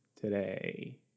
today